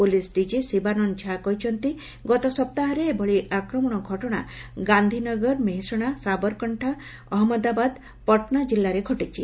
police DG Shivanand Jha କହିଛନ୍ତି ଏଭଳି ଗତ ସପ୍ତାହରେ ଆକ୍ରମଣ ଘଟଣା ଗାନ୍ଧିନଗର ମେହଶଣା ସାବରକଣ୍ଠ ଅହମ୍ମଦାବାଦ ଜିଲ୍ଲାରେ ଘଟିଛି